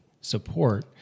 support